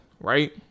right